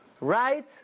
right